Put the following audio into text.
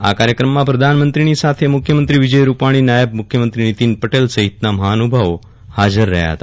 આ કાર્યકાળમાં પ્રધાનમંત્રીની સાથે મુખ્યમંત્રી વિજય રૂપાણી નાયબ મુખ્યમંત્રી નીતિન પટેલ સહિતના મહાનુભાવો હાજર રહ્યા હતા